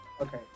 Okay